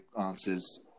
answers